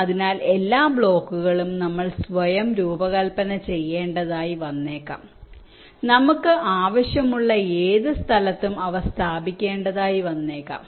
അതിനാൽ എല്ലാ ബ്ലോക്കുകളും നമ്മൾ സ്വയം രൂപകൽപ്പന ചെയ്യേണ്ടതായി വന്നേക്കാം നമുക്ക് ആവശ്യമുള്ള ഏത് സ്ഥലത്തും അവ സ്ഥാപിക്കേണ്ടതായി വന്നേക്കാം